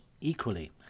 equally